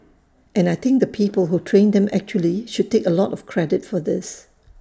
and I think the people who trained them actually should take A lot of credit for this